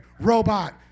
Robot